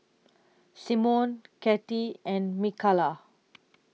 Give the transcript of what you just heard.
Symone Katy and Mikalah